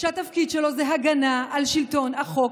התפקיד שלו זה הגנה על שלטון החוק,